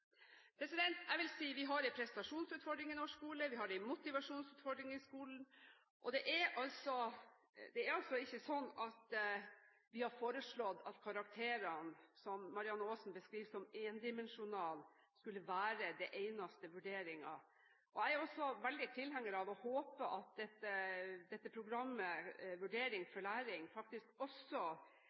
Jeg vil si vi har en prestasjonsutfordring i norsk skole, og vi har en motivasjonsutfordring i skolen. Det er ikke sånn at vi har foreslått at karakterene, som Marianne Aasen beskriver som endimensjonalt, skulle være den eneste vurderingen. Jeg er også veldig tilhenger av og håper at programmet Vurdering for læring faktisk også